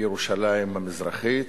ירושלים המזרחית,